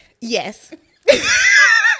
Yes